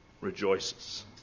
rejoices